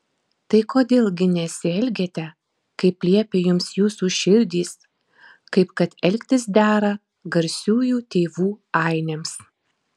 tai kodėl gi nesielgiate kaip liepia jums jūsų širdys kaip kad elgtis dera garsiųjų tėvų ainiams